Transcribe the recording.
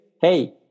Hey